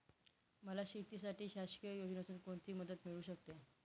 मला शेतीसाठी शासकीय योजनेतून कोणतीमदत मिळू शकते?